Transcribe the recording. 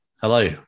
Hello